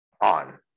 On